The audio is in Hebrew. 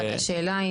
אבל השאלה היא